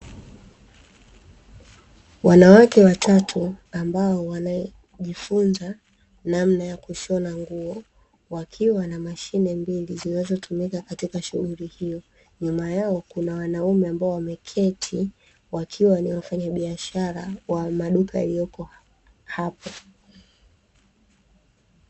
Wanawake watatu ambao wanajifunza namna ya kushona nguo wakiwa na mashine mbili zinazotumika katika shughuli hiyo, nyuma yao kuna wanaume ambao wameketi wakiwa ni wafanyabiashara wa maduka yaliyoko hapo.